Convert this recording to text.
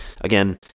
again